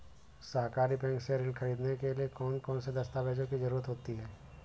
सहकारी बैंक से ऋण ख़रीदने के लिए कौन कौन से दस्तावेजों की ज़रुरत होती है?